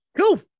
Cool